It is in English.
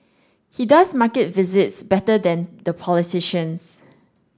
he does market visits better than the politicians